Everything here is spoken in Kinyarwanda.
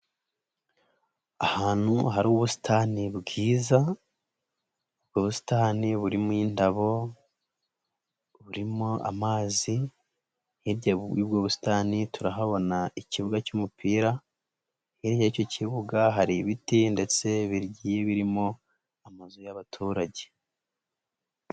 Ahantu hari ubusitani bwiza ubusitani burimo indabo, burimo amazi, hirya y'ubwo busitani turahabona ikibuga cy'umupira, hirya y'icyo kibuga hari ibiti ndetse bigiye birimo amazu y'abaturage.